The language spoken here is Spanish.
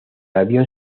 avión